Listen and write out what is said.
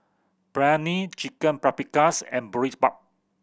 Biryani Chicken Paprikas and Boribap